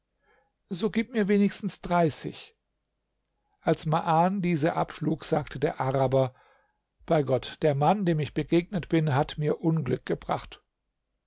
so gib mir wenigstens dreißig als maan diese abschlug sagte der araber bei gott der mann dem ich begegnet bin hat mir unglück gebracht